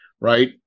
right